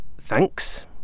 thanks